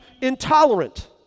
intolerant